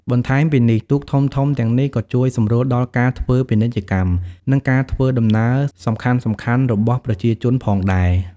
បន្ថែមពីនេះ ទូកធំៗទាំងនេះក៏ជួយសម្រួលដល់ការធ្វើពាណិជ្ជកម្ម និងការធ្វើដំណើរសំខាន់ៗរបស់ប្រជាជនផងដែរ។